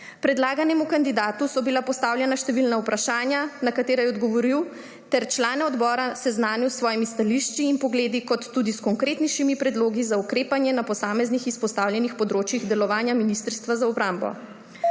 Predlaganemu kandidatu so bila postavljena številna vprašanja, na katere je odgovoril, ter člane odbora seznanil s svojimi stališči in pogledi kot tudi s konkretnejšimi predlogi za ukrepanje na posameznih izpostavljenih področjih delovanja Ministrstva za obrambo.